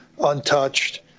untouched